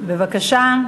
בבקשה,